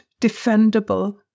defendable